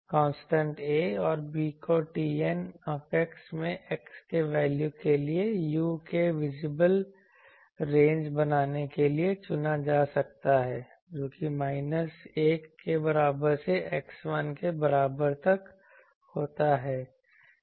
constant a और b को TN में x के वैल्यू के लिए u के विजिबल रेंज बनाने के लिए चुना जा सकता है जो कि x माइनस 1 के बराबर से x1 के बराबर तक होता है